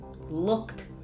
looked